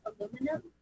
aluminum